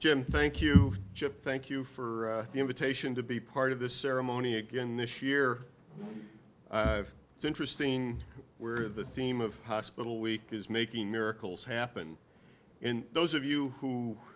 jim thank you chip thank you for the invitation to be part of the ceremony again this year it's interesting where the theme of hospital week is making miracles happen in those of you who